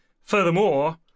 furthermore